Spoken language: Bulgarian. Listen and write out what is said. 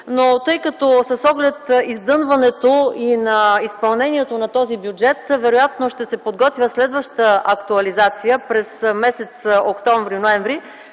но тъй като с оглед издънването на изпълнението на този бюджет вероятно ще се подготвя следваща актуализация през м. октомври – ноември,